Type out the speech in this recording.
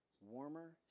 Warmer